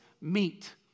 meet